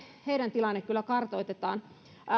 tilanne kartoitetaan